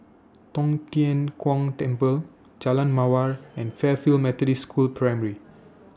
Tong Tien Kung Temple Jalan Mawar and Fairfield Methodist School Primary